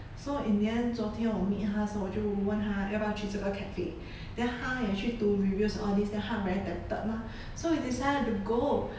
so in the end 昨天我 meet 他的时候我就问他要不要去这个 cafe then 他也去读 reviews all these then 他 very tempted mah so we decided to go